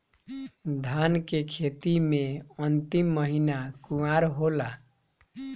धान के खेती मे अन्तिम महीना कुवार होला?